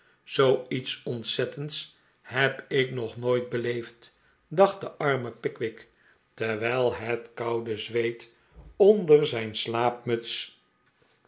zoo iets ontzettends neb ik nog nooit beleefd dacht de arme pickwick terwijl het koude zweet onder zijn slaapmuts